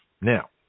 Now